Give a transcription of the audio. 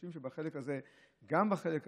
חושבים שגם בחלק הזה,